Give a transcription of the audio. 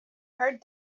heard